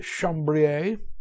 Chambrier